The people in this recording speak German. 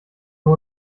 nur